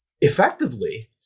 effectively